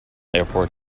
airport